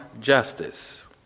justice